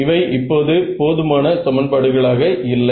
இவை இப்போது போதுமான சமன்பாடுகளாக இல்லை